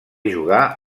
jugà